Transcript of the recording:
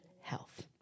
health